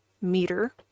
meter